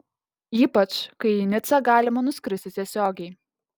ypač kai į nicą galima nuskristi tiesiogiai